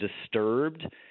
disturbed –